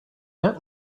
met